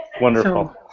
Wonderful